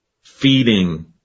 feeding